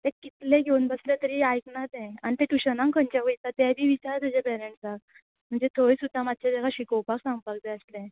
तें कितलें घेवन बसलें तरी आयक्ना तें आनी तें टुशनांक खंयच्या वयता तें बी विचार तेज्या पॅरणसां म्हणजे थंय सुद्दां मात्शें ताका शिकोवपाक सांगपाक जाय आसलें